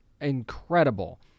incredible